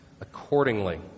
accordingly